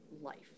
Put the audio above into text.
life